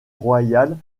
royale